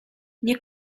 nie